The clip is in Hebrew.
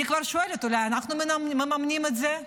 אני כבר שואלת: אולי אנחנו מממנים את זה?